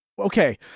okay